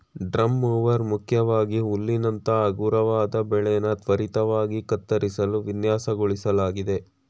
drum mower ಮುಖ್ಯವಾಗಿ ಹುಲ್ಲಿನಂತ ಹಗುರವಾದ ಬೆಳೆನ ತ್ವರಿತವಾಗಿ ಕತ್ತರಿಸಲು ವಿನ್ಯಾಸಗೊಳಿಸ್ಲಾಗಿದೆ